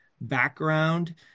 background